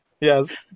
Yes